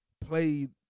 played